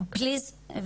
פליז.